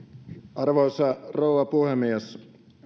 arvoisa rouva puhemies